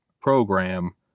program